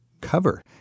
cover